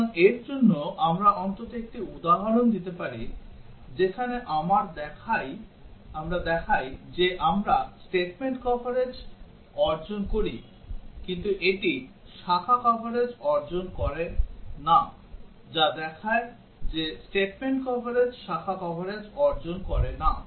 সুতরাং এর জন্য আমরা অন্তত একটি উদাহরণ দিতে পারি যেখানে আমরা দেখাই যে আমরা statement কভারেজ অর্জন করি কিন্তু এটি শাখা কভারেজ অর্জন করে না যা দেখায় যে statement কভারেজ শাখা কভারেজ অর্জন করে না